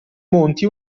monti